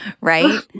right